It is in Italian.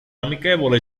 amichevole